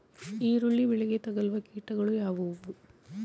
ಈರುಳ್ಳಿ ಬೆಳೆಗೆ ತಗಲುವ ಕೀಟಗಳು ಯಾವುವು?